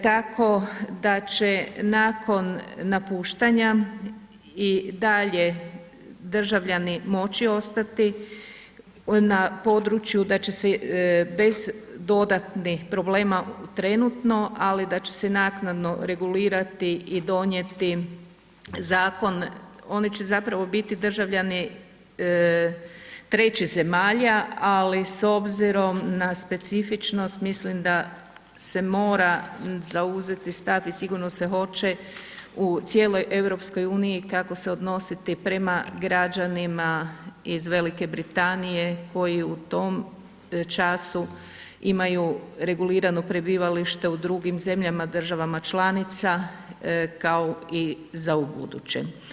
Tako da će nakon napuštanja i dalje državljani moći ostati na području da će se bez dodatnih problema trenutno ali da će se naknadno regulirati i donijeti zakon, oni će zapravo biti državljani trećih zemalja ali s obzirom na specifičnost mislim da se mora zauzeti stav i sigurno se hoće u cijeloj EU kako se odnositi prema građanima iz Velike Britanije koji u tom času imaju regulirano prebivalište u drugim zemljama državama članica kao i za ubuduće.